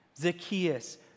Zacchaeus